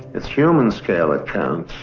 it's human scale that counts